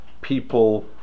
people